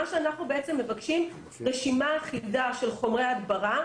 מה שאנחנו מבקשים, רשימה אחידה של חומרי הדברה.